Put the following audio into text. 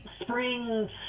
spring